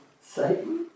Satan